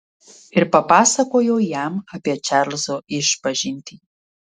ir papasakojau jam apie čarlzo išpažintį